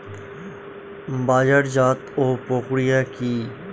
বাজারজাতও প্রক্রিয়া কি?